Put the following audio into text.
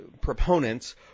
proponents